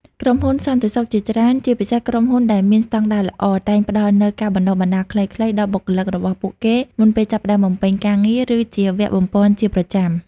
ក្រុមហ៊ុនសន្តិសុខជាច្រើន ជាពិសេសក្រុមហ៊ុនដែលមានស្តង់ដារល្អ តែងផ្តល់នូវការបណ្តុះបណ្តាលខ្លីៗដល់បុគ្គលិករបស់ពួកគេមុនពេលចាប់ផ្តើមបំពេញការងារ ឬជាវគ្គបំប៉នជាប្រចាំ។